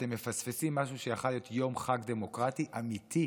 אתם מפספסים משהו שיכול להיות יום חג דמוקרטי אמיתי,